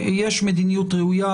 יש מדיניות ראויה,